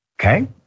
okay